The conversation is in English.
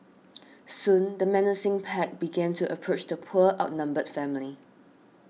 soon the menacing pack began to approach the poor outnumbered family